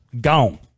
gone